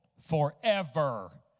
forever